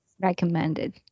Recommended